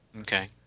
okay